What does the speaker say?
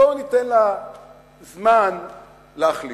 בוא ניתן לזמן להחליט,